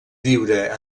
viure